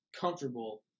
comfortable